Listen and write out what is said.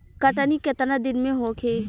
कटनी केतना दिन में होखे?